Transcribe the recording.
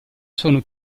sono